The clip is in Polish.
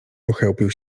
pochełpił